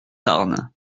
tarn